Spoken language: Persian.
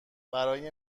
برای